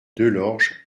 delorge